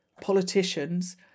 politicians